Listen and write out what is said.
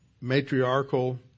matriarchal